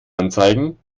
anzeigen